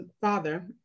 father